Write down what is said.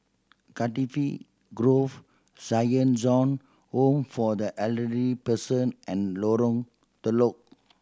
Cardifi Grove Saint John Home for the Elderly Person and Lorong Telok